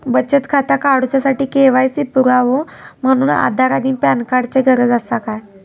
बचत खाता काडुच्या साठी के.वाय.सी पुरावो म्हणून आधार आणि पॅन कार्ड चा गरज आसा काय?